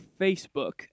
Facebook